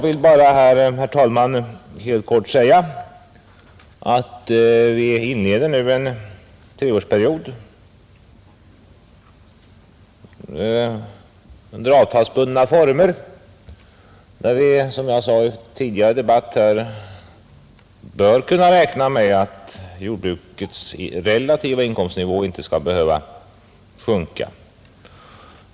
Vi inleder nu en treårsperiod under avtalsbundna former. Vi bör, som jag sade i en tidigare debatt, kunna räkna med att jordbrukets relativa inkomstnivå inte skall behöva sjunka.